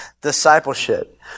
discipleship